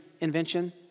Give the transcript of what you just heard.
invention